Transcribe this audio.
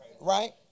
Right